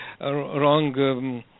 wrong